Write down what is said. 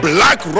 Black